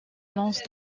lance